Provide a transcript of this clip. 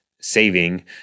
saving